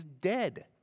dead